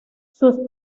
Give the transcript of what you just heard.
sus